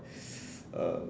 uh